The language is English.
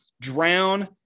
drown